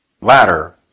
ladder